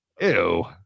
ew